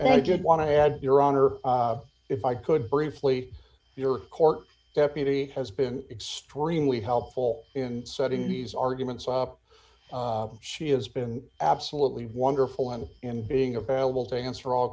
although i did want to add your honor if i could briefly your court deputy has been extremely helpful in setting these arguments up she has been absolutely wonderful and in being available to answer all